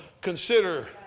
consider